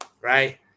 right